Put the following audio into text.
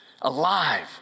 alive